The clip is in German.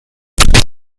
die